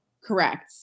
Correct